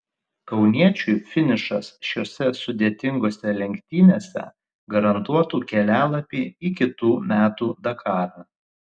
kauniečiui finišas šiose sudėtingose lenktynėse garantuotų kelialapį į kitų metų dakarą